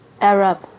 Arab